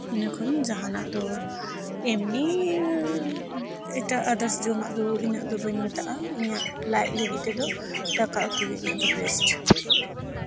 ᱤᱱᱟᱹ ᱠᱷᱟᱱ ᱡᱟᱦᱟᱱᱟᱜ ᱫᱚ ᱮᱢᱱᱤ ᱮᱴᱟᱜ ᱟᱫᱟᱨᱥ ᱡᱚᱢᱟᱜ ᱫᱚ ᱤᱱᱟᱹᱜ ᱫᱚ ᱵᱟᱹᱧ ᱢᱮᱛᱟᱜᱼᱟ ᱤᱧᱟᱹᱜ ᱞᱟᱡ ᱞᱟᱹᱜᱤᱫ ᱛᱮᱫᱚ ᱫᱟᱠᱟ ᱩᱛᱩ ᱜᱮ ᱤᱧᱟᱹᱜ ᱫᱚ ᱵᱮᱥᱴ